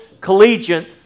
Collegiate